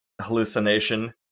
hallucination